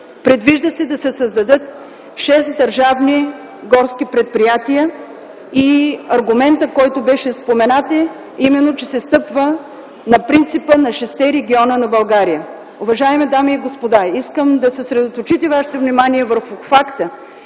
Предвижда се да се създадат шест държавни горски предприятия и аргументът, който беше споменат, е именно че се стъпва на принципа на шестте региона на България. Уважаеми дами и господа, искам да съсредоточите вашето внимание върху факта,